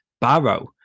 Barrow